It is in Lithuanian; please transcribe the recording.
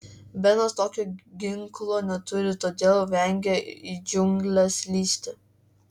benas tokio ginklo neturi todėl vengia į džiungles lįsti